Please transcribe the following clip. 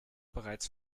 bereits